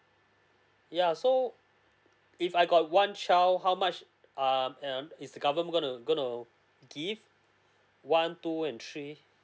yeah so if I got one child how much um um is the government gonna gonna give one two and three